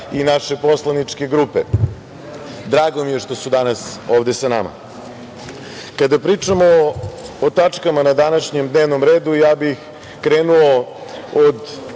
i naše poslaničke grupe. Drago mi je što su danas ovde sa nama. Kada pričamo o tačkama na današnjem dnevnom redu, ja bih krenuo o